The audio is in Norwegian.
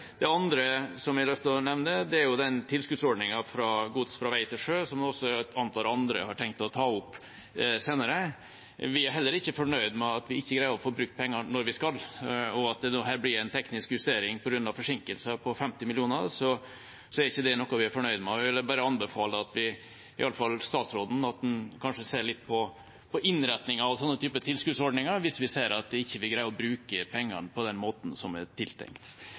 Det andre jeg har lyst til å nevne, er tilskuddsordningen for overføring av gods fra vei til sjø, som jeg antar også andre har tenkt å ta opp senere. Vi er heller ikke fornøyd med at vi ikke greier å få brukt pengene når vi skal, og at det her blir en teknisk justering på grunn av forsinkelser på 50 mill. kr, er ikke noe vi er fornøyd med. Jeg vil anbefale at vi, iallfall statsråden, ser litt på innretningen av sånne typer tilskuddsordninger hvis vi ser at vi ikke greier å bruke pengene på den måten som er